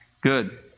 Good